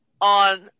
on